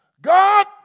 God